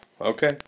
Okay